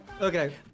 okay